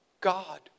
God